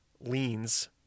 leans